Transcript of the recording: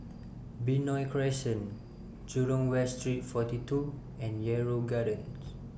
Benoi Crescent Jurong West Street forty two and Yarrow Gardens